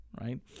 Right